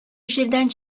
җирдән